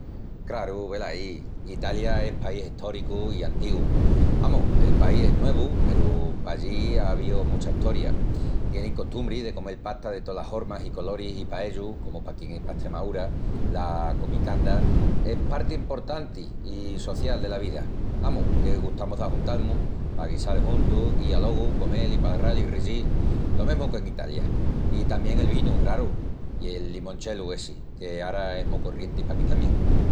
Craru, velaí, Italia es país estóricu i antigu. Amus, el país es nuevu peru pallí á avíu mucha estoria. Tienin costumbri de comel pasta de tolas hormas i coloris i pa ellus, comu paquí pa Estremaúra, la comicanda es parti emportanti i social dela vida. Amus, que gustamus d'ajuntal-mus pa guisal juntus i alogu comel i palral i riyil, lo mesmu que en Italia. I tamién el vinu, craru, i el limoncello essi que ara es mu corrienti paquí tamién.